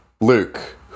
Luke